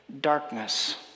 darkness